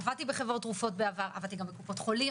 עבדתי בחברות תרופות בעבר, גם בקופות חולים.